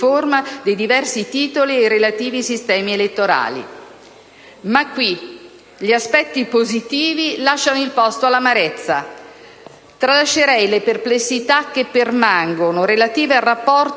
riforma dei diversi titoli e i relativi sistemi elettorali. Ma qui gli aspetti positivi lasciano il posto all'amarezza. Tralascerei le perplessità che permangono, relative al rapporto